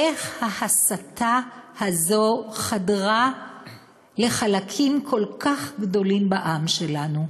איך ההסתה הזאת חדרה לחלקים כל כך גדולים בעם שלנו?